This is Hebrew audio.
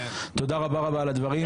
תודה רבה על הדברים.